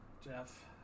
Jeff